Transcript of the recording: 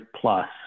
plus